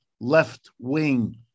left-wing